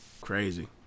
Crazy